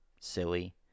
silly